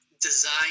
design